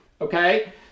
Okay